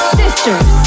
sisters